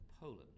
Poland